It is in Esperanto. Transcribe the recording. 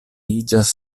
iĝas